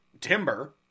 timber